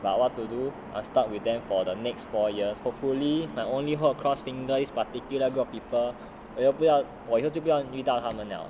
but what to do I'm stuck with them for the next four years hopefully my only hope cross finger these particular group of people 我以后就不要遇到他们 liao